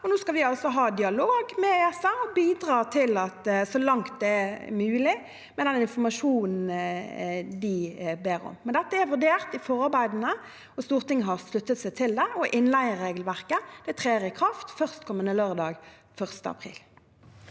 Nå skal vi altså ha dialog med ESA og bidra så langt som mulig med den informasjonen de ber om. Men dette er vurdert i forarbeidene, Stortinget har sluttet seg til det, og innleieregelverket trer i kraft førstkommende lørdag, 1. april.